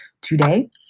today